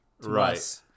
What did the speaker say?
Right